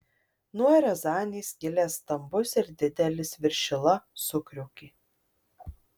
nuo riazanės kilęs stambus ir didelis viršila sukriokė